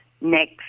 Next